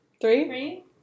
Three